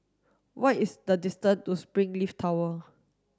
what is the distance to Springleaf Tower